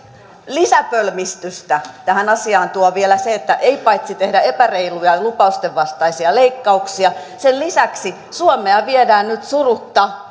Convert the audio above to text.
lisäpölmistystä tähän asiaan tuo vielä se että paitsi että tehdään epäreiluja ja ja lupausten vastaisia leikkauksia sen lisäksi suomea viedään nyt surutta